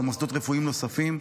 למוסדות רפואיים נוספים,